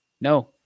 no